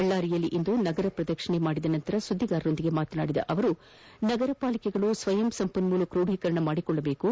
ಬಳ್ಳಾರಿಯಲ್ಲಿಂದು ನಗರ ಪ್ರದಕ್ಷಣೆ ಮಾಡಿದ ನಂತರ ಸುದ್ಗಿಗಾರರೊಂದಿಗೆ ಮಾತನಾಡಿದ ಅವರು ನಗರ ಪಾಲಿಕೆಗಳು ಸ್ವಯಂ ಸಂಪನ್ಮೂಲ ಕ್ರೂಡೀಕರಣ ಮಾಡಿಕೊಳ್ಳಬೇಕು